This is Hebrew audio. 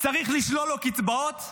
צריך לשלול לו קצבאות?